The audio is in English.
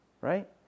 right